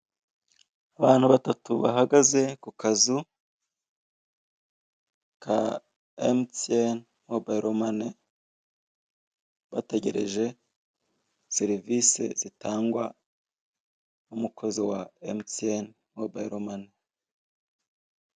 Abantu batatu bahagaze kukazu ka emutsiyeni mobayilo mane, bategereje serivise zitangwa n'umukozi wa emutsiyene mobayilo mane.